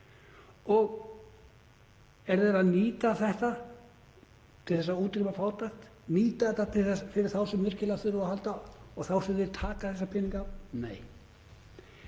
Og eru þeir að nýta þetta til að útrýma fátækt, nýta þetta fyrir þá sem virkilega þurfa á því að halda og þá sem þeir taka þessa peninga af? Nei.